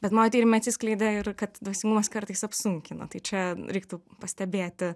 bet mano tyrime atsiskleidė ir kad dvasingumas kartais apsunkina tai čia reiktų pastebėti